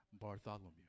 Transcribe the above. Bartholomew